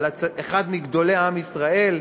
אחד מגדולי עם ישראל,